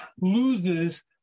loses